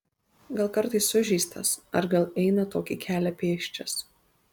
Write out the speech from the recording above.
gal kartais sužeistas ar gal eina tokį kelią pėsčias